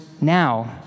now